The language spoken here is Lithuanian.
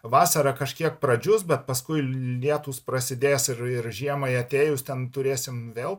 vasarą kažkiek pradžius bet paskui lietūs prasidės ir ir žiemai atėjus ten turėsim vėl